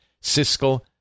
Cisco